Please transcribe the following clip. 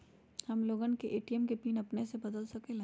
हम लोगन ए.टी.एम के पिन अपने से बदल सकेला?